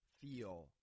feel